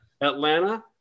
Atlanta